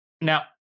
Now